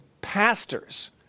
pastors